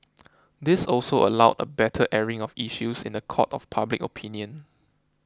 this also allowed a better airing of issues in the court of public opinion